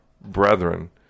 brethren